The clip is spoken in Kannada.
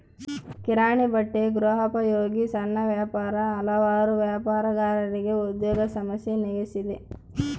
ಕಿರಾಣಿ ಬಟ್ಟೆ ಗೃಹೋಪಯೋಗಿ ಸಣ್ಣ ವ್ಯಾಪಾರ ಹಲವಾರು ವ್ಯಾಪಾರಗಾರರಿಗೆ ಉದ್ಯೋಗ ಸಮಸ್ಯೆ ನೀಗಿಸಿದೆ